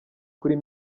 kuri